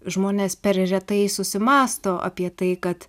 žmonės per retai susimąsto apie tai kad